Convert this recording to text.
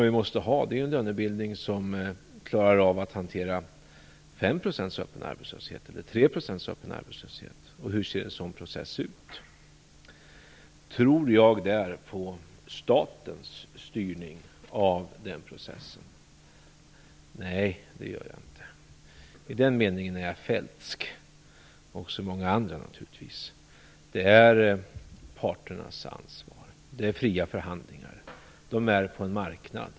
Vi måste ha en lönebildning som klarar av att hantera 5 % eller 3 % öppen arbetslöshet. Hur ser en sådan process ut? Tror jag på statens styrning av den processen? Nej, det gör jag inte. I det avseendet är jag Feldtsk, liksom många andra naturligtvis. Det är parternas ansvar och det är fria förhandlingar - på en marknad.